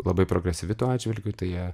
labai progresyvi tuo atžvilgiu tai jie